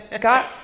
got